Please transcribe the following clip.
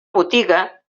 botiga